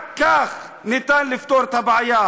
רק כך ניתן לפתור את הבעיה.